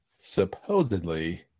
supposedly